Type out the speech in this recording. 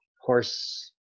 horse